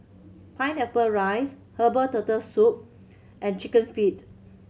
pineapple rice herbal Turtle Soup and Chicken Feet